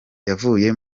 yavuye